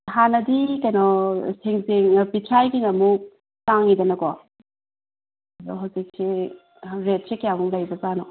ꯍꯥꯟꯅꯗꯤ ꯀꯩꯅꯣ ꯁꯦꯟꯖꯦꯡ ꯄꯤꯊ꯭ꯔꯥꯏꯒꯤꯅ ꯑꯃꯨꯛ ꯇꯥꯡꯉꯤꯗꯅꯀꯣ ꯑꯗꯣ ꯍꯧꯖꯤꯛꯁꯤ ꯀꯌꯥꯃꯨꯛ ꯂꯩꯕꯖꯥꯠꯅꯣ